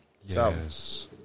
Yes